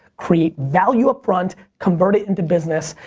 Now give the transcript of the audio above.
create value up front, convert it into business.